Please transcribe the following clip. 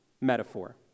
metaphor